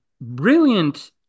brilliant